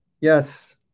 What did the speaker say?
Yes